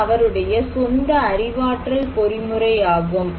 இது அவருடைய சொந்த அறிவாற்றல் பொறிமுறை ஆகும்